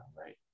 right